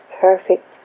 perfect